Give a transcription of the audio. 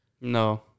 No